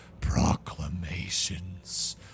proclamations